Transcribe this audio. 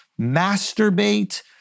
Masturbate